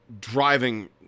driving